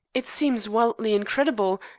it seems wildly incredible,